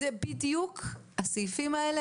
זה בדיוק הסעיפים הללו.